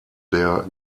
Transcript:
der